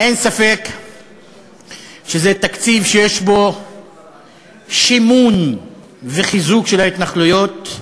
אין ספק שזה תקציב שיש בו שימון וחיזוק של ההתנחלויות,